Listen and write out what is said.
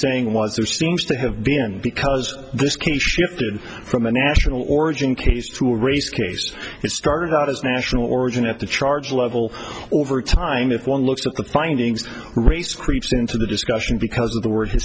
saying was there seems to have been because this case shifted from a national origin case to raise case it started out as national origin at the charge level over time if one looks at the findings race creeps into the discussion because of the word